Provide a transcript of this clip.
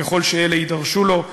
ככל שאלה יידרשו לו.